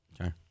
Okay